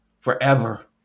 forever